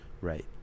right